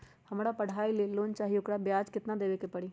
हमरा पढ़ाई के लेल लोन चाहि, ओकर ब्याज केतना दबे के परी?